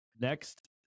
Next